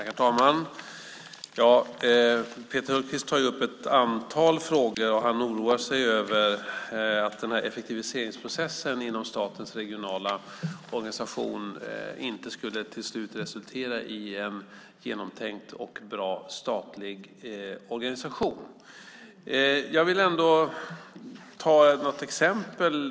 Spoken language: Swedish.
Herr talman! Peter Hultqvist tar upp ett antal frågor och oroar sig över att effektiviseringsprocessen inom statens regionala organisation inte till slut skulle resultera i en genomtänkt och bra statlig organisation. Jag vill ta ett exempel.